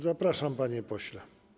Zapraszam, panie pośle.